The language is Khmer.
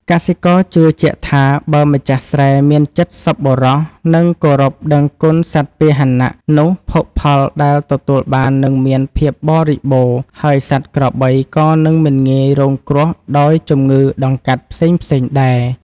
កសិករជឿជាក់ថា បើម្ចាស់ស្រែមានចិត្តសប្បុរស និងគោរពដឹងគុណសត្វពាហនៈ នោះភោគផលដែលទទួលបាននឹងមានភាពបរិបូរណ៍ ហើយសត្វក្របីក៏នឹងមិនងាយរងគ្រោះដោយជំងឺដង្កាត់ផ្សេងៗដែរ។